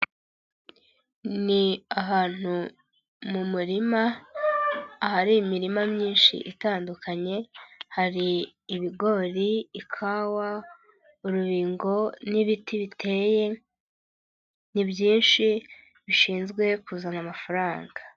Ni ahantu mu murima ahari imirima myinshi itandukanye, hari ibigori ikawa, urubingo n'ibiti biteye ibyinshi bishinzwe kuzana amafaranga.